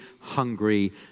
hungry